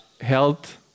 health